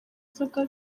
inzoga